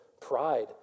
pride